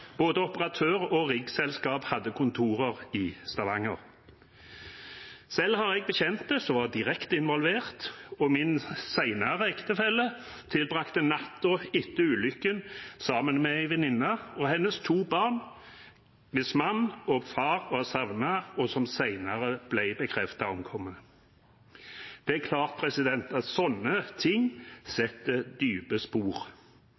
Både operatøren og riggselskapet hadde kontorer i Stavanger. Selv har jeg bekjente som var direkte involvert, og min senere ektefelle tilbrakte natten etter ulykken sammen med en venninne og hennes to barn, hvis mann og far var savnet og senere ble bekreftet omkommet. Det er klart at slike ting setter dype spor.